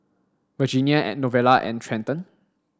Virginia Novella and Trenton